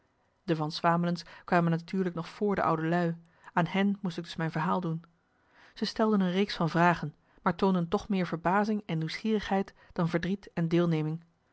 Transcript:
de van swamelens kwamen natuurlijk nog vr de oude lui aan hen moest ik dus mijn verhaal doen zij stelden een reeks van vragen maar toonden toch meer verbazing en nieuwsgierigheid dan verdriet en deelneming